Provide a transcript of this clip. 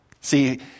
See